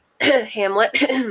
Hamlet